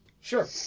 Sure